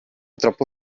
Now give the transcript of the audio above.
troppo